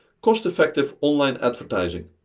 cost-effective online advertising.